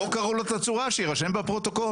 לא קרעו לו את הצורה, שיירשם בפרוטוקול.